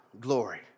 glory